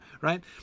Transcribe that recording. Right